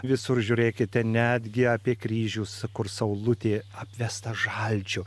visur žiūrėkite netgi apie kryžius kur saulutė apvesta žalčiu